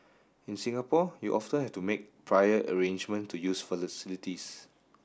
in Singapore you often have to make prior arrangement to use